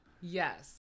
Yes